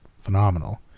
phenomenal